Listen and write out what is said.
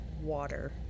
water